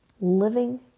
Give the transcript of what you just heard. living